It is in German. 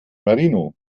marino